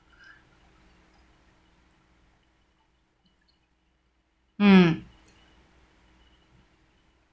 um